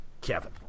Kevin